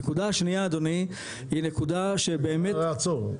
הנקודה השנייה אדוני היא שבאמת -- רק שנייה עצור.